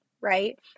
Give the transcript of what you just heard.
right